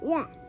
Yes